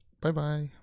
Bye-bye